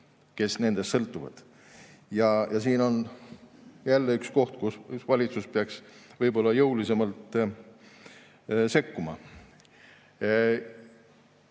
kes nendest sõltuvad. Siin on jälle üks koht, kus valitsus peaks võib-olla jõulisemalt sekkuma. Järgmine